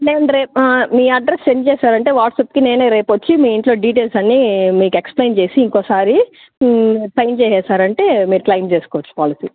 మేము రేపు మీ అడ్రస్ సెండ్ చేశారు అంటే వాట్సాప్కి నేనే రేపు వచ్చి మీ ఇంట్లో డీటైల్స్ అన్ని మీకు ఎక్స్ప్లెయిన్ చేసి ఇంకొకసారి సైన్ చేసేశారు అంటే మీరు క్లెయిమ్ చేసుకోవచ్చు పాలసీ